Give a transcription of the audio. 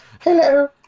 Hello